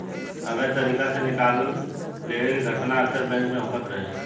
अवैध तरीका से निकाल लेवे के घटना अक्सर बैंक में होखत रहे